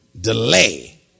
Delay